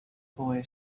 boy